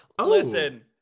listen